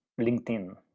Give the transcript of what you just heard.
LinkedIn